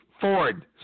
Ford